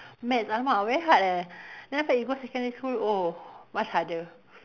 maths !alamak! very hard leh then after that you go secondary school oh much harder